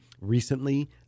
recently